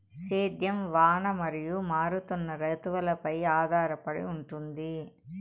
సేద్యం వాన మరియు మారుతున్న రుతువులపై ఆధారపడి ఉంటుంది